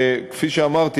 וכפי שאמרתי,